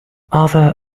other